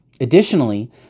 Additionally